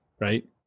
right